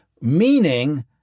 meaning